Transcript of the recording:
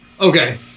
Okay